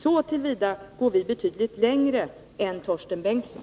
Så till vida går vi betydligt längre än Torsten Bengtson.